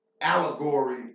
allegory